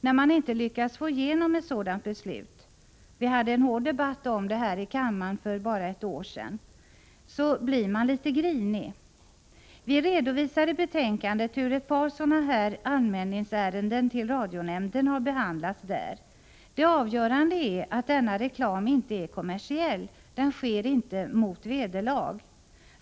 När man inte lyckats få igenom ett sådant beslut — vi hade en hård debatt om det här i kammaren för bara ett år sedan — blir man litet grinig. Vi redovisar i betänkandet hur ett par sådana här anmälningsärenden till radionämnden har behandlats där. Det avgörande är att denna reklam inte är kommersiell — den sker inte ”mot vederlag”.